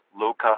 Luca